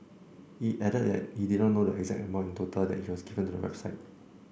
he added that he did not know the exact amount in total that he has given to the website